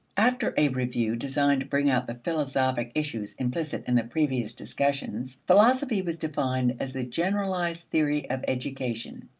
after a review designed to bring out the philosophic issues implicit in the previous discussions, philosophy was defined as the generalized theory of education.